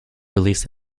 released